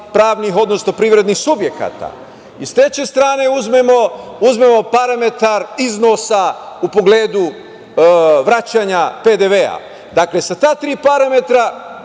pravnih, odnosno privrednih subjekata i sa treće strane uzmemo parametar iznosa u pogledu vraćanja PDV-a. Dakle, sa ta tri parametara,